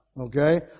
okay